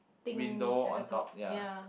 window on top ya